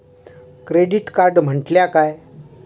Credit card म्हटल्या काय?